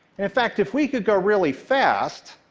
in fact, if we could grow really fast,